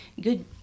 good